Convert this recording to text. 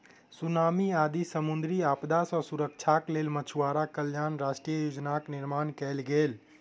tsunami आदि समुद्री आपदा सॅ सुरक्षाक लेल मछुआरा कल्याण राष्ट्रीय योजनाक निर्माण कयल गेल